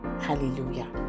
Hallelujah